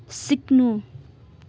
सिक्नु